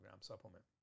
supplement